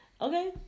okay